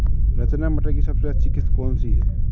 रचना मटर की सबसे अच्छी किश्त कौन सी है?